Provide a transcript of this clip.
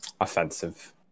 Offensive